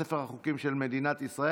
ותיכנס לספר החוקים של מדינת ישראל.